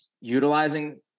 utilizing